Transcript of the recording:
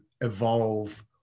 evolve